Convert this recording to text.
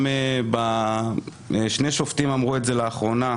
גם שני שופטים אמרו את זה לאחרונה.